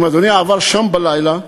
אם אדוני עבר שם בלילה,